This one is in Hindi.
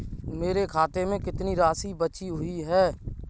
मेरे खाते में कितनी राशि बची हुई है?